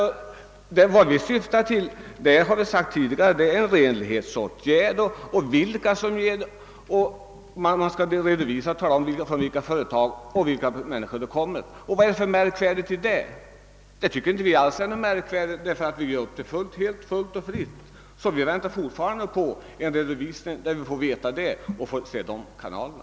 Vad vi syftar till är, som det tidigare sagts, en renlighetsåtgärd, som går ut på att man skall redovisa från vilka företag och från vilka personer pengarna kommer. Vad är det för märkvärdigt i det? Vi tycker inte alls att detia är någonting märkvärdigt, ty vi uppger det fullt öppet. Vi väntar alltså fortfarande på motsvarande redovisning från de borgerliga partierna.